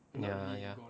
ya ya